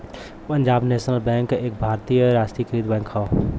Punjab national bank एक भारतीय राष्ट्रीयकृत बैंक हौ